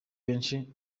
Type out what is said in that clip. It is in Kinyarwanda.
benshi